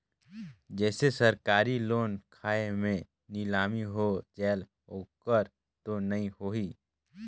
जैसे सरकारी लोन खाय मे नीलामी हो जायेल ओकर तो नइ होही?